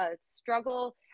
struggle